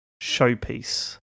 showpiece